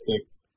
Six